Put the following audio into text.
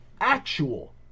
actual